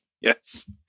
Yes